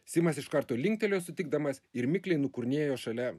simas iš karto linktelėjo sutikdamas ir mikliai nukurnėjo šalia